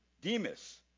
Demas